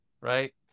right